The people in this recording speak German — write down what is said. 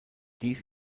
dies